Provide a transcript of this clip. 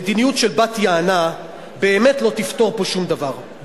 מדיניות של בת-יענה באמת לא תפתור פה שום דבר,